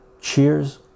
Cheers